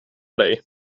dig